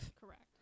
Correct